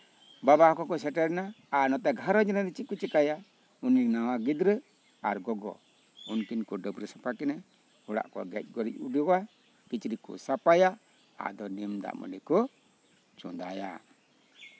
ᱵᱟᱵᱟ ᱠᱚᱦᱚᱸ ᱠᱚ ᱥᱮᱴᱮᱨᱮᱱᱟ ᱟᱨ ᱱᱚᱛᱮ ᱜᱷᱟᱨᱚᱸᱡᱽ ᱨᱮᱱ ᱪᱮᱫ ᱠᱚ ᱪᱤᱠᱟᱭᱟ ᱩᱱᱤ ᱱᱟᱣᱟ ᱜᱤᱫᱽᱨᱟᱹ ᱟᱨ ᱜᱚᱜᱚ ᱩᱱᱠᱤᱱ ᱠᱚ ᱰᱟᱹᱵᱽᱨᱟᱹ ᱥᱟᱯᱷᱟ ᱠᱤᱱᱟ ᱚᱲᱟᱜ ᱠᱚ ᱜᱮᱡ ᱜᱩᱨᱤᱡᱽ ᱩᱰᱩᱠᱟ ᱠᱤᱪᱨᱤᱪ ᱠᱚ ᱥᱟᱯᱷᱟᱭᱟ ᱟᱫᱚ ᱱᱤᱢ ᱫᱟᱜ ᱢᱟᱹᱰᱤ ᱠᱚ ᱪᱚᱱᱫᱟᱭᱟ